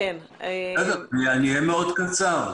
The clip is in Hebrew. אני אהיה מאוד קצר.